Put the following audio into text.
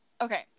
Okay